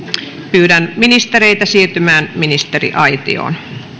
pyydän ministereitä siirtymään ministeriaitioon